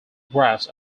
graphs